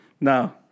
no